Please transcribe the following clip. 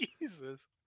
Jesus